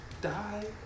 die